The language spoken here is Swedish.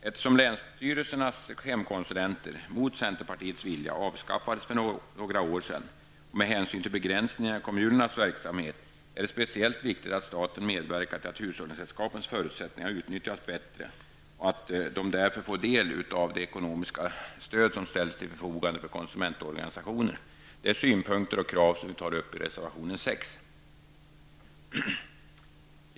Eftersom länsstyrelsernas hemkonsulenter mot centerpartiets vilja avskaffades för några år sedan och med hänsyn till begränsningarna i kommunernas verksamhet, är det speciellt viktigt att staten medverkar till att hushållningssällskapens förutsättningar utnyttjas bättre och att de därför får del av det ekonomiska stöd som ställs till förfogande för konsumentorganisationer. Detta är synpunkter och krav som vi tar upp i reservation 6.